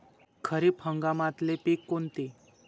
खरीप हंगामातले पिकं कोनते?